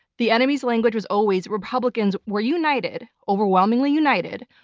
the enemy's language was always republicans were united, overwhelmingly united,